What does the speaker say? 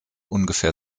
ungefähr